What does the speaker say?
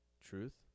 Truth